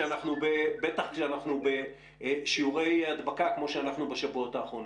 בטח כשאנחנו בשיעורי הדבקה כמו שאנחנו בשבועות האחרונים.